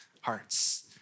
hearts